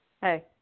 Hey